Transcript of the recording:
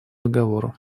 договору